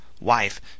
wife